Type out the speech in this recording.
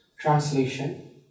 Translation